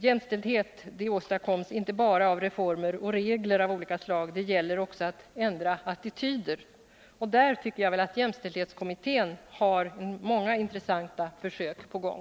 Jämställdhet åstadkoms inte bara genom reformer och regler av olika slag — det gäller också att ändra attityder. I det avseendet tycker jag att jämställdhetskommittén har många intressanta försök på gång.